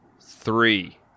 Three